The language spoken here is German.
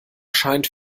scheint